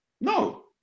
No